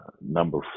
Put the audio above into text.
number